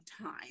time